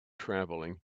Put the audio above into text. traveling